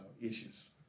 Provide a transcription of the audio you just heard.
issues